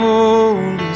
Holy